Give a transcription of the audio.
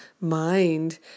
mind